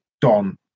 Don